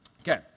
Okay